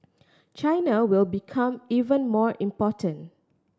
China will become even more important